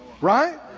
Right